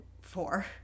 four